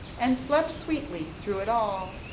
and slept sweetly through it all.